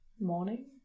Morning